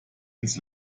ins